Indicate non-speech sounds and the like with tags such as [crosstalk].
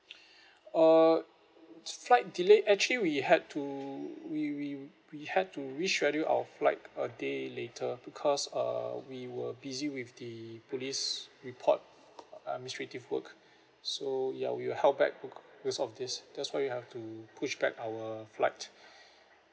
[breath] uh flight delay actually we had to we we we have to rescheduled our flight a day later because uh we were busy with the police report administrative work so ya we were held back be~ because of this that's why we have to pushed back our flight